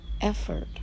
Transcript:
effort